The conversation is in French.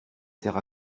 sert